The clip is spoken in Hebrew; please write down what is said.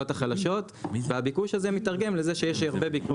החלשות והביקוש הזה מיתרגם לזה שיש הרבה ביקוש.